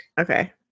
Okay